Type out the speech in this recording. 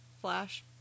flash